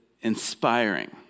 inspiring